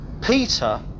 Peter